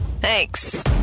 Thanks